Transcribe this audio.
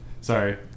Sorry